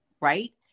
right